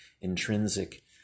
intrinsic